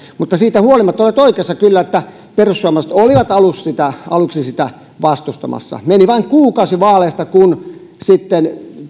mutta siitä huolimatta olet oikeassa kyllä että perussuomalaiset olivat aluksi sitä aluksi sitä vastustamassa meni vain kuukausi vaaleista kun